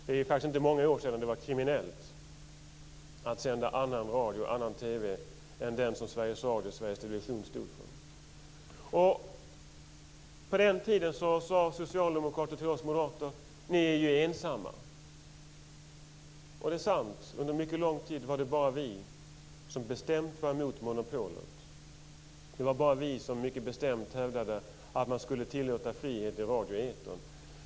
Det är faktiskt inte så många år sedan som det var kriminellt att sända annan radio och TV än den som Sveriges Radio och Sveriges Television stod för. På den tiden sade socialdemokrater till oss moderater: Ni är ju ensamma! Och det är sant. Under en mycket lång tid var det bara vi som bestämt var emot monopolet. Det var bara vi som mycket bestämt hävdade att man skulle tillåta frihet i radioetern.